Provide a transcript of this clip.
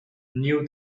knew